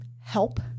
help